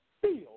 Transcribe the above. feel